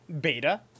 beta